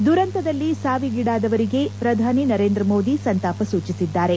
ದುರಂತದಲ್ಲಿ ಸಾವಿಗೀಡಾದವರಿಗೆ ಪ್ರಧಾನಿ ನರೇಂದ್ರ ಮೋದಿ ಸಂತಾಪ ಸೂಚಿಸಿದ್ದಾರೆ